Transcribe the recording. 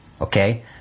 okay